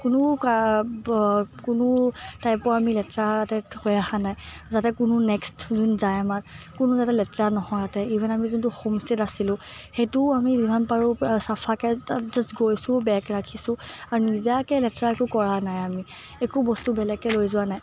কোনো কা কোনো টাইপৰ আমি লেতেৰা টাইপ হৈ অহা নাই যাতে কোনো নেক্সট যোন যায় আমাৰ কোনো যাতে লেতেৰা নহয় যাতে ইভেন আমি যোনটো হোমষ্টেইত আছিলোঁ সেইটোও আমি যিমান পাৰোঁ চাফাকৈ তাত জাষ্ট গৈছোঁ বেগ ৰাখিছোঁ আৰু নিজাকৈ লেতেৰা একো কৰা নাই আমি একো বস্তু বেলেগকৈ লৈ যোৱা নাই